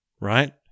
right